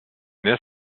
this